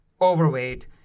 overweight